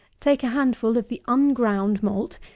take a handful of the unground malt,